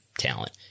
talent